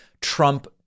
Trump